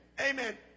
Amen